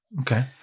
okay